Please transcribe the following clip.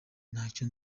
ntacyo